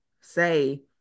say